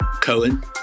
Cohen